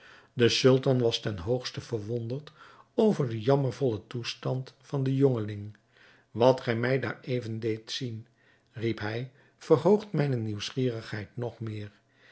de sultan was ten hoogste verwonderd over den jammervollen toestand van den jongeling wat gij mij daareven deed zien riep hij verhoogt mijne nieuwsgierigheid nog meer